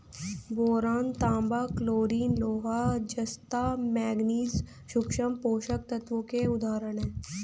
boron, तांबा, chlorine, लोहा, जस्ता, मैंगनीज सूक्ष्म पोषक तत्वों के उदाहरण हैं